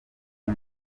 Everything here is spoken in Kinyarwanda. kim